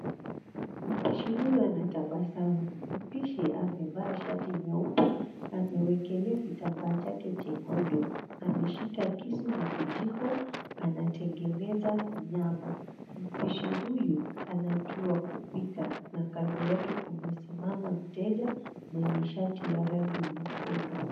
Mpishi huyu anatabasamu, mpishi amevaa shati nyeupe na amewekelea kitambaa chake chekundu na ameshika kisu na kijiko, anatengeneza nyama. Mpishi huyu anajua kupika na kando yake kumesimama mteja mwenye shati ya rangi nyekundu.